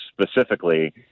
specifically